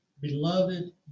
beloved